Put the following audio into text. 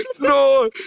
No